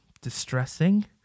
distressing